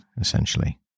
essentially